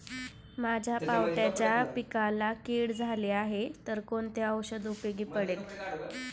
माझ्या पावट्याच्या पिकाला कीड झाली आहे तर कोणते औषध उपयोगी पडेल?